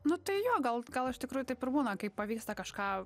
nu tai jo gal gal iš tikrųjų taip ir būna kai pavyksta kažką